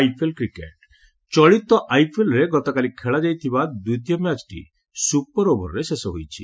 IPL ଚଳିତ ଆଇପିଏଲ୍ରେ ଗତକାଲି ଖେଳାଯାଇଥିବା ଦ୍ୱିତୀୟ ମ୍ୟାଚ୍ଟି ସୁପର୍ ଓଭର୍ରେ ଶେଷ ହୋଇଛି